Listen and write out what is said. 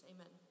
Amen